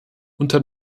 unter